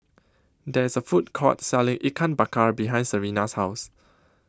There IS A Food Court Selling Ikan Bakar behind Serena's House